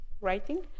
writing